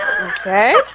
Okay